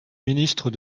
ministre